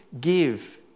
give